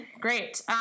Great